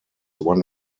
one